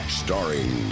starring